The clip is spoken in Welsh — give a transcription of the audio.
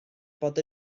bod